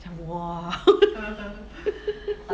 讲 !wah!